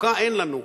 חוקה אין לנו,